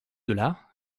delà